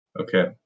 Okay